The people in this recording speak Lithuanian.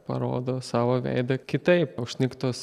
parodo savo veidą kitaip užsnigtos